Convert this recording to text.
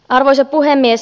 arvoisa puhemies